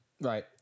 Right